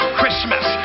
Christmas